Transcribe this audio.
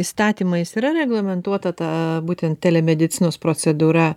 įstatymais yra reglamentuota būtent telemedicinos procedūra